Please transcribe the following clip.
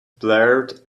blared